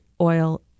oil